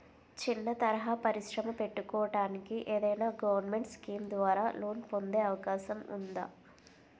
చిన్న తరహా పరిశ్రమ పెట్టుకోటానికి ఏదైనా గవర్నమెంట్ స్కీం ద్వారా లోన్ పొందే అవకాశం ఉందా?